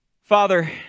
Father